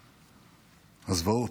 הזוועות.